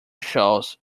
shows